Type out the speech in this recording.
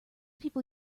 people